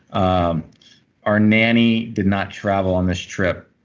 um our nanny did not travel on this trip,